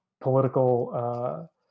political